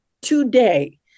today